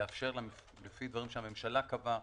לאפשר, לפי דברים שהממשלה קבעה,